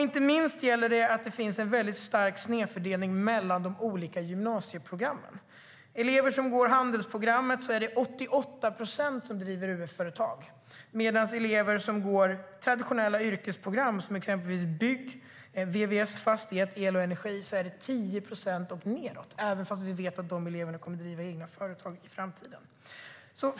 Inte minst finns det en stor snedfördelning mellan de olika gymnasieprogrammen. Av de elever som går handelsprogrammet är det 88 procent som driver UF-företag, medan det av de elever som går traditionella yrkesprogram som exempelvis bygg, vvs, fastighet och el och energi är 10 procent och nedåt - trots att vi vet att de eleverna kommer att driva egna företag i framtiden.